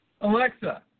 Alexa